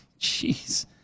Jeez